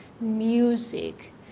music